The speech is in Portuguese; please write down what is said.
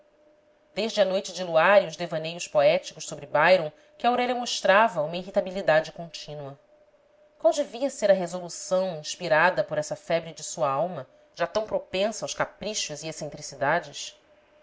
desde a noite de luar e os devaneios poéticos sobre byron que aurélia mostrava uma irritabilidade contínua qual devia ser a resolução inspirada por essa febre de sua alma já tão propensa aos caprichos e excentricidades